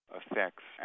affects